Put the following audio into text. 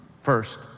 first